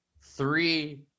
three